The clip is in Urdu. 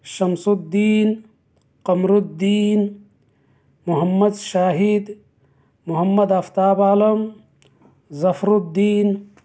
شمس الدّین قمر الدّین محمد شاہد محمد آفتاب عالم ظفرالدّین